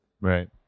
Right